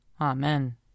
Amen